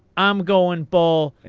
i'm going bull.